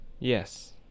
Yes